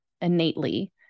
innately